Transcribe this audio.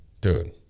Dude